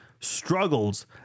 struggles